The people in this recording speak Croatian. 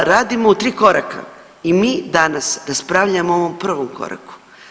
Radimo u tri koraka i mi danas raspravljamo o ovom prvom koraku.